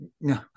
No